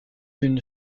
une